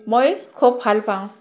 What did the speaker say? মই খুব ভাল পাওঁ